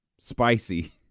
spicy